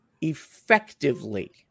effectively